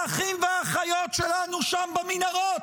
האחים והאחיות שלנו שם במנהרות,